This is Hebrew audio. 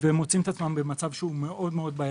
הם מוצאים את עצמם במצב מאוד בעייתי.